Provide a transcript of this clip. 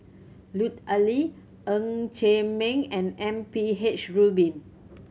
Lut Ali Ng Chee Meng and M P H Rubin